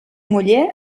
muller